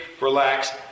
relax